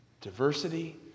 Diversity